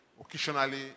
occasionally